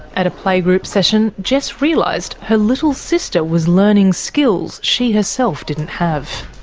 at a playgroup session, jess realised her little sister was learning skills she herself didn't have.